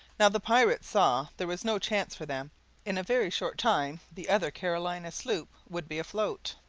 now the pirates saw there was no chance for them in a very short time the other carolina sloop would be afloat,